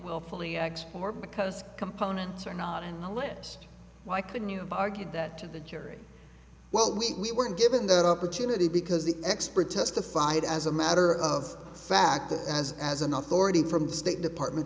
willfully x or because components are not in the list why couldn't you have argued that to the jury well we weren't given that opportunity because the expert testified as a matter of fact as as an authority from the state department